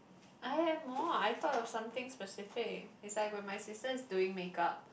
I have more I thought of something specific it's like when my sister is doing makeup